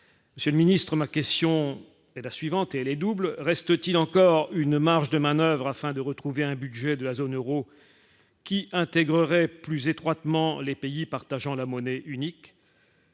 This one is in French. monsieur le ministre, ma question est la suivante, elle est double : reste-t-il encore une marge de manoeuvre afin de retrouver un budget de la zone Euro qui intégrerait plus étroitement les pays partageant la monnaie unique.